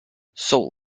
soul